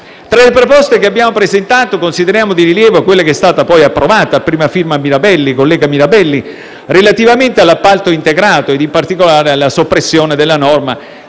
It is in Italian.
Tra le proposte da noi presentate, consideriamo di rilievo quella che è stata approvata. Mi riferisco a quella del collega Mirabelli relativamente all'appalto integrato e, in particolare, alla soppressione della norma